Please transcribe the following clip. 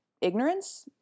ignorance